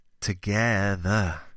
together